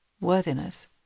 worthiness